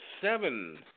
seven